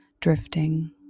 drifting